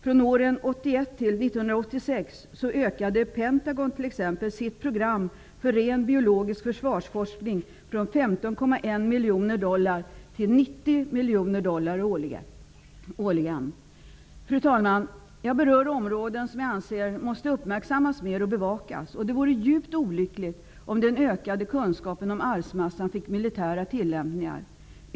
Från åren 1981--1986 ökade Pentagon t.ex. medlen för sitt program för ren biologisk försvarsforskning från 15,1 till 90 miljoner dollar årligen. Fru talman! Jag berör områden som jag anser måste uppmärksammas mer och bevakas. Det vore djupt olyckligt om den ökade kunskapen om arvsmassan fick militära tillämpningar.